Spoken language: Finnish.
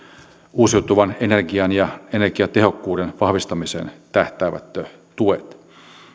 uusiutuvan energian ja energiatehokkuuden vahvistamiseen tähtäävät tuet